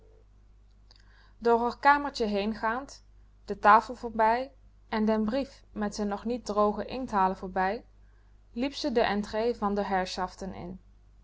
r kamertje heengaand de tafel voorbij en den brief met z'n nog niet droge inkthalen voorbij liep ze de entree van de herrschaften in